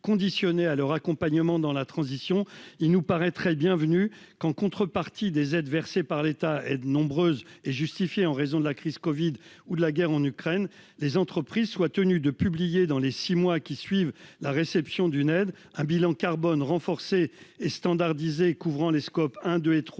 à leur accompagnement dans la transition il nous paraîtrait bienvenue qu'en contrepartie des aides versées par l'État et de nombreuses et justifiée en raison de la crise Covid ou de la guerre en Ukraine, les entreprises soient tenus de publier dans les 6 mois qui suivent la réception d'une aide, un bilan carbone renforcées et standardisé couvrant les Scop un, deux